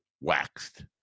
waxed